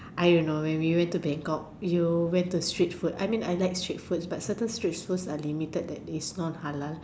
I don't know maybe we went to Bangkok you went to street foods I mean I like street food but its quite limited because certain street food is not halal